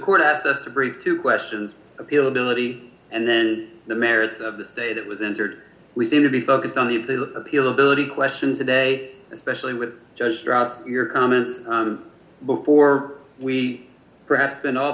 court asked us to brief two questions availability and then the merits of the state it was entered we seem to be focused on the appeal ability questions today especially with just cross your comments before we perhaps spend all